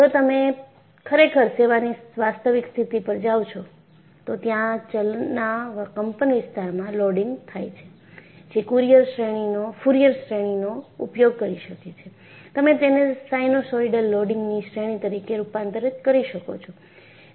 જો તમે ખરેખર સેવાની વાસ્તવિક સ્થિતિ પર જાઓ છો તો ત્યાં ચલના કંપનવિસ્તારમાં લોડિંગ થાય છે જે ફુરીઅર શ્રેણીનો ઉપયોગ કરી શકે છે તમે તેને સિનુસોઇડલ લોડિંગની શ્રેણી તરીકે રૂપાંતર કરી શકો છો